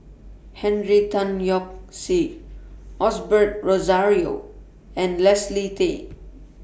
Henry Tan Yoke See Osbert Rozario and Leslie Tay